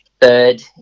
third